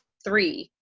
three,